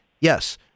Yes